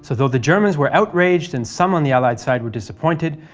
so though the germans were outraged and some on the allied side were disappointed,